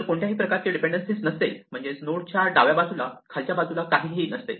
जर कोणत्याही प्रकारची डिपेंडेन्सिज नसेल म्हणजेच नोडच्या डाव्या बाजूला खालच्या बाजूला काहीही नसते